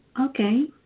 Okay